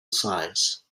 size